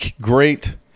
great